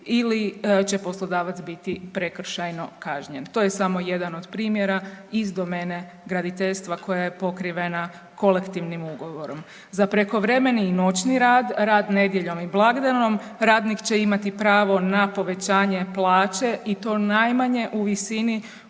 ili će poslodavac biti prekršajno kažnjen. To je samo jedan od primjera iz domene graditeljstva koja je pokrivena kolektivnim ugovorom. Za prekovremeni i noćni rad, rad nedjeljom i blagdanom, radnik će imati pravo na povećanje plaće i to najmanje u visini